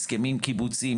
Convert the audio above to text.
הסכמים קיבוציים,